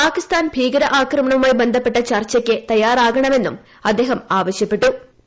പാകിസ്ഥാൻ ഭീകര ആക്രിമുള്ളവുമായി ബന്ധപ്പെട്ട ചർച്ചയ്ക്ക് തയ്യാറാകണമെന്നും അദ്ദേഹം പ്യക്തമാക്കി